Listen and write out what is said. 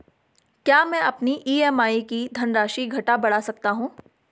क्या मैं अपनी ई.एम.आई की धनराशि घटा बढ़ा सकता हूँ?